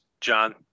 John